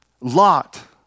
lot